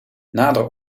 nader